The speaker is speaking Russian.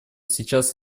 сейчас